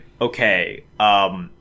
okay